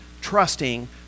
trusting